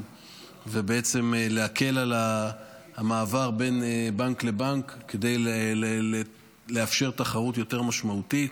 ובעצם להקל על המעבר בין בנק לבנק כדי לאפשר תחרות יותר משמעותית.